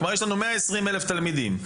כלומר יש לנו 120 אלף תלמידים.